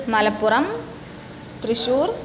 Malappuram Thrissur